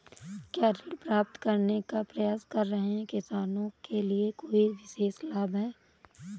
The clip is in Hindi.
क्या ऋण प्राप्त करने का प्रयास कर रहे किसानों के लिए कोई विशेष लाभ हैं?